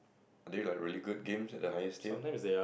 are they like very good games the highest tier